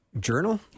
journal